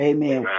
Amen